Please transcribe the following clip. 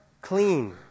clean